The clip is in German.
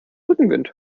rückenwind